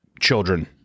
children